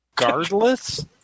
Regardless